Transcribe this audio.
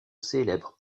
célèbre